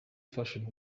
fashion